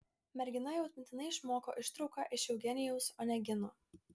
mergina jau atmintinai išmoko ištrauką iš eugenijaus onegino